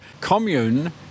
commune